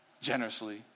generously